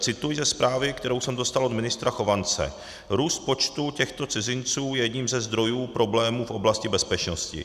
Cituji ze zprávy, kterou jsem dostal od ministra Chovance: Růst počtu těchto cizinců je jedním ze zdrojů problémů v oblasti bezpečnosti.